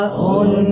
on